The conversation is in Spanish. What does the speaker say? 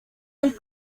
del